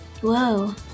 Whoa